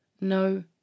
no